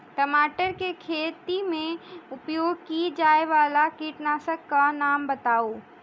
टमाटर केँ खेती मे उपयोग की जायवला कीटनासक कऽ नाम बताऊ?